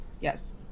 Yes